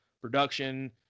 production